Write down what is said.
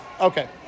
Okay